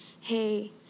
hey